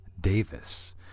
Davis